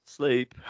sleep